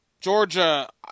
Georgia